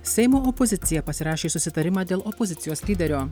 seimo opozicija pasirašė susitarimą dėl opozicijos lyderio